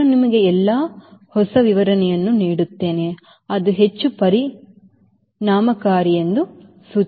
ನಾನು ನಿಮಗೆ ಎಲ್ಲಾ ಹೊಸ ವಿವರಣೆಯನ್ನು ನೀಡುತ್ತೇನೆ ಅದು ಹೆಚ್ಚು ಪ್ರಮಾಣೀಕರಿಸಲ್ಪಟ್ಟಿದೆ